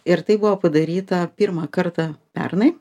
ir tai buvo padaryta pirmą kartą pernai